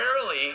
Rarely